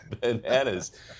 bananas